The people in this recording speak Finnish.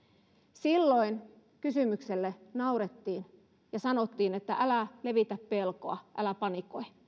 silloin kysymykselle naurettiin ja sanottiin että älä levitä pelkoa älä panikoi